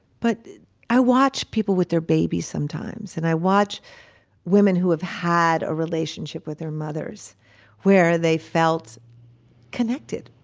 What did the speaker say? but i watch people with their babies sometimes. and i watch women who have had a relationship with their mothers where they felt connected,